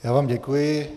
Já vám děkuji.